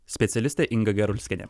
specialistė inga gerulskienė